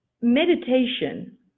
meditation